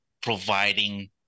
providing